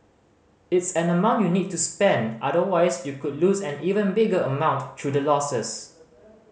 it's an amount you need to spend otherwise you could lose an even bigger amount through the losses